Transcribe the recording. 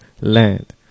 Land